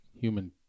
human